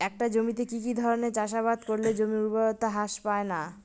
একটা জমিতে কি কি ধরনের চাষাবাদ করলে জমির উর্বরতা হ্রাস পায়না?